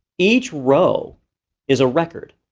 each row is a record.